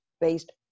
based